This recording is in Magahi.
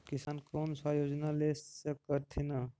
किसान कोन सा योजना ले स कथीन?